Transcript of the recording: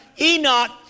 Enoch